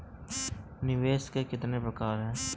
निवेश के कितने प्रकार होते हैं?